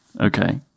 Okay